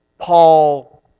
Paul